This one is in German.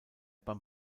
beim